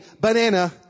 banana